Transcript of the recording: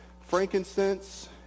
frankincense